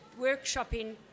workshopping